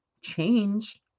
change